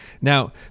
Now